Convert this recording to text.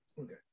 okay